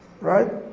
right